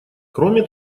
кроме